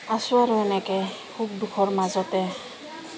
আছোঁ আৰু এনেকে সুখ দুখৰ মাজতে